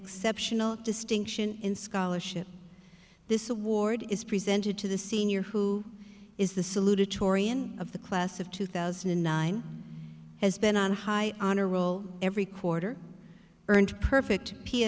exceptional distinction in scholarship this award is presented to the senior who is the salutatorian of the class of two thousand and nine has been on high honor roll every quarter earned perfect p